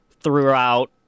throughout